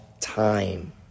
time